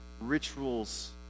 rituals